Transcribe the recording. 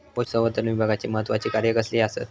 पशुसंवर्धन विभागाची महत्त्वाची कार्या कसली आसत?